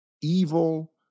evil